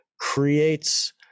creates